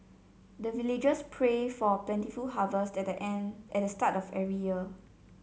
the villagers pray for plentiful harvest at an at the start of every year